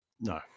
No